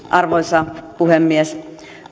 arvoisa puhemies